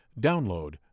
Download